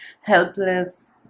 helpless